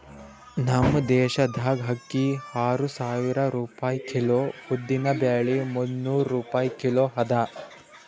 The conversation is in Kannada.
ನಮ್ ದೇಶದಾಗ್ ಅಕ್ಕಿ ಆರು ಸಾವಿರ ರೂಪಾಯಿ ಕಿಲೋ, ಉದ್ದಿನ ಬ್ಯಾಳಿ ಮುನ್ನೂರ್ ರೂಪಾಯಿ ಕಿಲೋ ಅದಾ